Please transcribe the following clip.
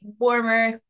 warmer